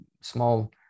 small